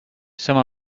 some